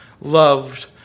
loved